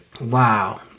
Wow